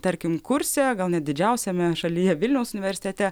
tarkim kurse gal net didžiausiame šalyje vilniaus universitete